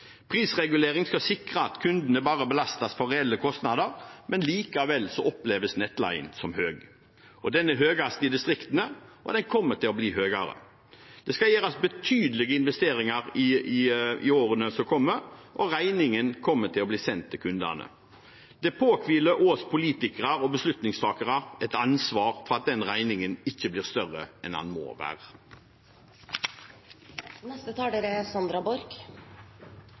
Prisregulering skal sikre at kundene bare belastes for reelle kostnader, men likevel oppleves nettleien som høy. Den er høyest i distriktene, og den kommer til å bli høyere. Det skal gjøres betydelige investeringer i årene som kommer, og regningen kommer til å bli sendt til kundene. Det påhviler oss politikere og beslutningstakere et ansvar for at den regningen ikke blir større enn den må